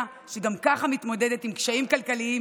שגם ככה מתמודדת עם קשיים כלכליים,